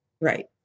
Right